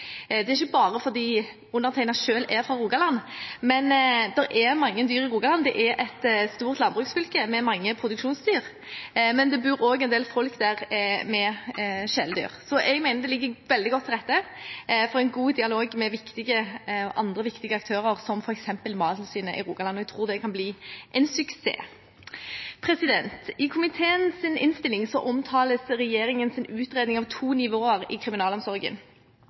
Det er ikke bare fordi jeg selv er fra Rogaland, men det er mange dyr i Rogaland. Det er et stort landbruksfylke, med mange produksjonsdyr. Det bor også en del folk der med kjæledyr. Så jeg mener det ligger veldig godt til rette for en god dialog med andre viktige aktører, som f.eks. Mattilsynet, i Rogaland. Jeg tror det kan bli en suksess. I komiteens innstilling omtales regjeringens utredning av to nivåer i kriminalomsorgen.